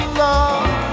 love